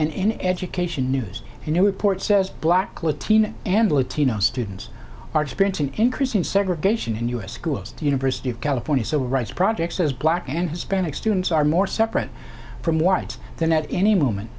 and in education news a new report says black latino and latino students are experiencing increasing segregation in u s schools to university of california so rights projects as black and hispanic students are more separate from whites than at any moment